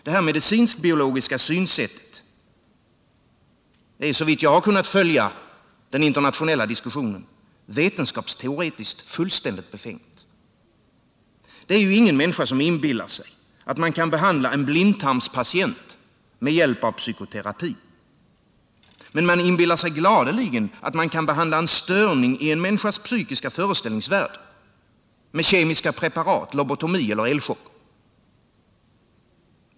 Det medicinsk-biologiska synsättet är, såvitt jag har kunnat följa den internationella diskussionen, vetenskapsteoretiskt fullständigt befängt. Det är väl ingen människa som inbillar sig att man kan behandla en blindtarmspatient med hjälp av psykoterapi, men man inbillar sig gladeligen att man kan behandla en störning i en människas psykiska föreställningsvärld med kemiska preparat, lobotomi eller elchocker.